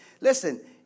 Listen